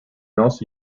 also